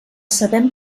sabem